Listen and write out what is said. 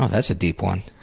oh, that's a deep one.